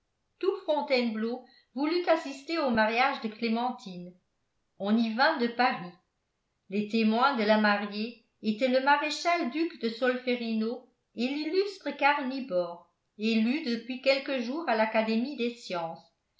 tout fontainebleau voulut assister au mariage de clémentine on y vint de paris les témoins de la mariée étaient le maréchal duc de solferino et l'illustre karl nibor élu depuis quelques jours à l'académie des sciences